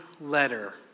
letter